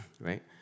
right